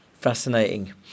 Fascinating